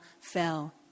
fell